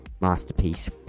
masterpiece